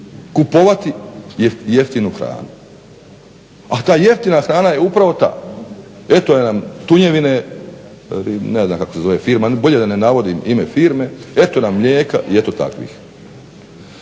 kupovati jeftinu hranu. A ta ja jeftina hrana je upravo ta, eto nam tunjevine, ne znam kako se zove firma, bolje da ne navodim ime firme, eto nam mlijeka i eto takvih.